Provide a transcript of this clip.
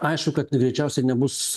aišku kad greičiausiai nebus